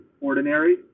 ordinary